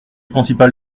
principal